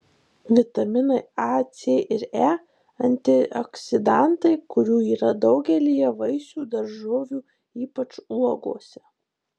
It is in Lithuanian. vitaminai a c ir e antioksidantai kurių yra daugelyje vaisių daržovių ypač uogose